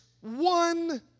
one